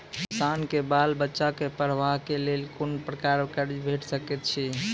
किसानक बाल बच्चाक पढ़वाक लेल कून प्रकारक कर्ज भेट सकैत अछि?